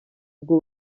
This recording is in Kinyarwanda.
ubwo